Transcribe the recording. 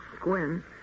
Gwen